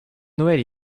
noël